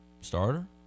Starter